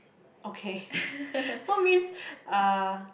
okay so means uh